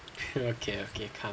okay okay can